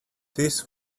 this